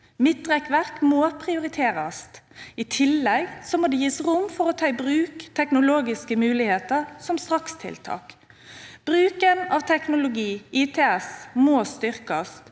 Midtrekkverk må prioriteres. I tillegg må det gis rom for å ta i bruk teknologiske muligheter som strakstiltak. Bruken av teknologi, ITS, må styrkes,